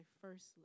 first